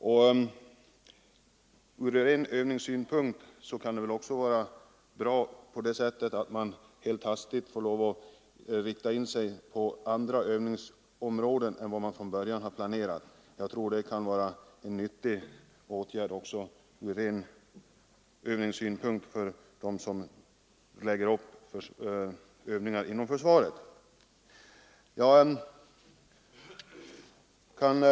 Från ren övningssynpunkt kan det också vara bra att man helt hastigt får lov att rikta in sig på andra övningsom råden än vad man från början planerat. Jag tror att det kan vara en nyttig åtgärd också från ren övningssynpunkt för dem som lägger upp övningar inom försvaret. Ytterligare fysiska övningar kan säkert också ur ren försvarssynpunkt vara nyttiga, och dessa kräver endast mänskliga insatser.